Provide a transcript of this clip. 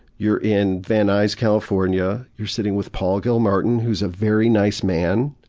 you're in van nuys, california. you're sitting with paul gilmartin, who's a very nice man,